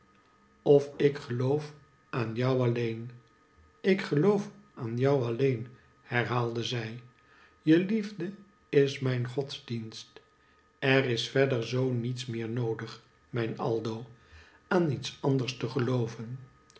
of ik geloof aan jou alleen ik geloof aan jou alleen herhaalde zij je liefde is mijn godsdienst er is verder zoo niets meer noodig mijn aldo aan iets anders te gelooven